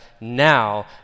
now